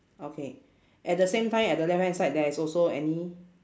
okay at the same time at the left hand side there is also any